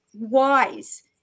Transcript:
wise